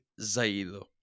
Zaido